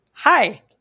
Hi